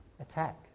attack